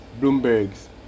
Bloomberg's